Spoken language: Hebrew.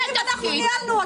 תתביישו לכם.